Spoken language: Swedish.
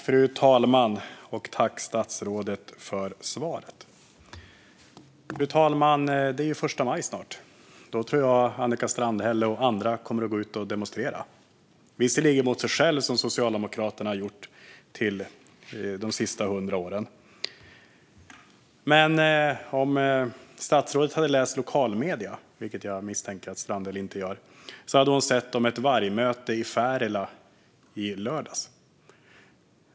Fru talman! Jag tackar statsrådet för svaret. Fru talman! Det är snart första maj. Då tror jag att Annika Strandhäll och andra kommer att gå ut och demonstrera, visserligen mot sig själv, som Socialdemokraterna har gjort de senaste 100 åren. Om statsrådet hade läst lokalmedierna, vilket jag misstänker att Strandhäll inte gör, hade hon sett en artikel om ett vargmöte i Färila i lördags.